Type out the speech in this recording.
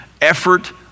effort